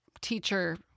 teacher